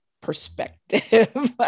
perspective